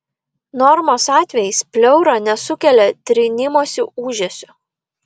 normos atvejais pleura nesukelia trynimosi ūžesio